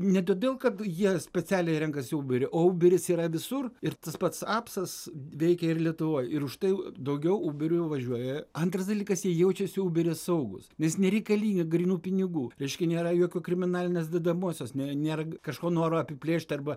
ne todėl kad jie specialiai renkasi uberį o uberis yra visur ir tas pats apsas veikia ir lietuvoj ir už tai daugiau uberiu važiuoja antras dalykas jie jaučiasi uberyje saugūs nes nereikalinga grynų pinigų reiškia nėra jokio kriminalinės dedamosios ne nėra kažko noro apiplėšt arba